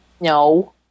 no